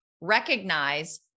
recognize